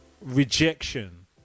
rejection